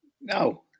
No